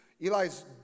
Eli's